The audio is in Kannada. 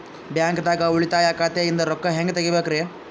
ಬ್ಯಾಂಕ್ದಾಗ ಉಳಿತಾಯ ಖಾತೆ ಇಂದ್ ರೊಕ್ಕ ಹೆಂಗ್ ತಗಿಬೇಕ್ರಿ?